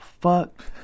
fuck